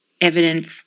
evidence